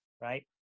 Right